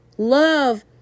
Love